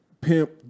pimp